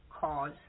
cause